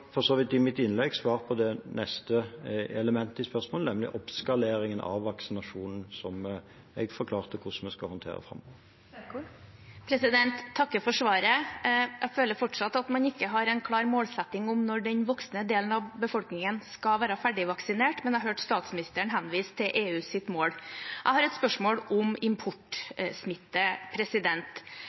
for så vidt i mitt innlegg svart på det neste elementet i spørsmålet, nemlig oppskaleringen av vaksinasjonen, som jeg forklarte hvordan vi skal håndtere framover. Jeg takker for svaret. Jeg føler fortsatt at man ikke har en klar målsetting om når den voksne delen av befolkningen skal være ferdigvaksinert, men jeg hørte statsministeren henviste til EUs mål. Jeg har et spørsmål om